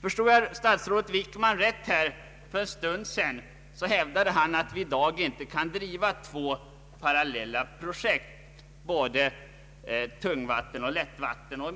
Förstod jag statsrådet Wickman rätt, för en stund sedan, hävdade han att vi i dag inte kan driva två parallella projekt — både tungvatten och lättvatten.